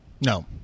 No